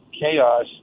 chaos